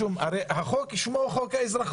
הרי שמו של החוק הוא חוק האזרחות,